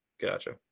gotcha